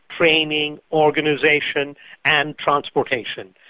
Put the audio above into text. training, organisation and transportation.